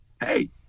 hey